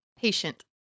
Patient